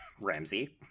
Ramsey